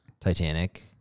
Titanic